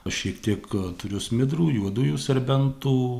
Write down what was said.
šiek tiek turiu smidrų juodųjų serbentų